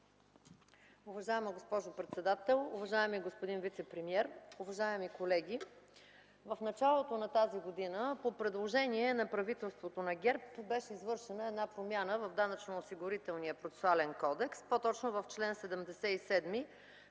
Уважаема госпожо председател, уважаеми господин вицепремиер, уважаеми колеги! В началото на тази година по предложение на правителството на ГЕРБ беше извършена една промяна в Данъчно-осигурителния процесуален кодекс, по-точно в чл. 77,